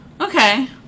Okay